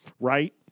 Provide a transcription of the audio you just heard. Right